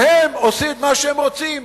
והם עושים מה שהם רוצים.